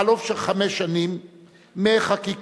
בחלוף חמש שנים מחקיקתו,